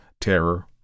terror